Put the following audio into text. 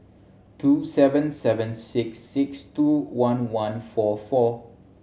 two seven seven six six two one one four four